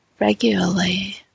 regularly